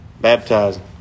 Baptizing